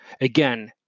Again